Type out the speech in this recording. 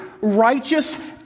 righteous